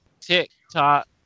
Tick-tock